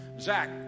Zach